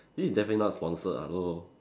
this is definitely not sponsored hello